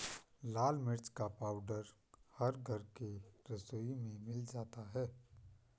लाल मिर्च का पाउडर हर घर के रसोई में मिल जाता है